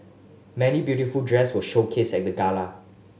many beautiful dress were showcased at the gala